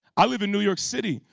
i live in new york city,